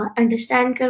understand